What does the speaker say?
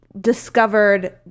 discovered